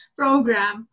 program